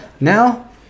Now